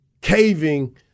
caving